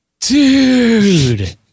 dude